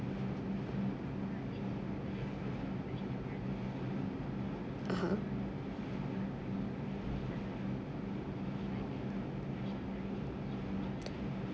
uh-huh